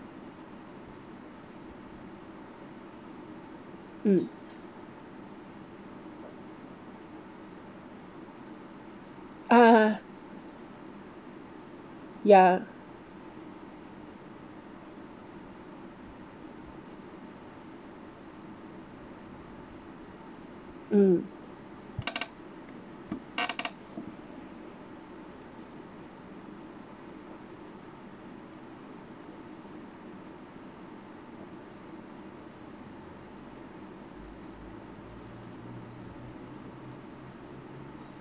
mm ya um